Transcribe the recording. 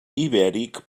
ibèric